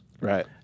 Right